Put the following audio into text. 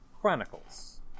Chronicles